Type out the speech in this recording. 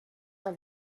are